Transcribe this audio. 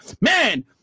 Man